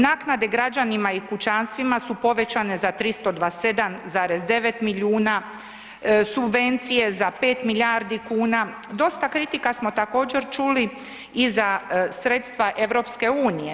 Naknade građanima i kućanstvima su povećane za 327,9 milijuna, subvencije za 5 milijardi kuna, dosta kritika smo također, čuli i za sredstva EU.